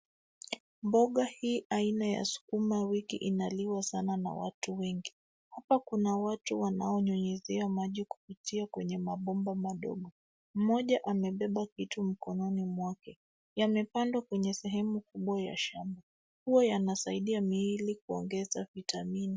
Mboga hii aina ya sukumawiki inaliwa sana na watu wengi. Hapa kuna watu wanao nyunyuzia maji kupitia kwenye mabomba madogo. Mmoja amebeba kitu mkononi mwake. Yamepandwa kwenye sehemu kubwa ya shamba. Huwa yana saidia miili kuongeza vitamini.